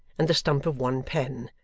and the stump of one pen,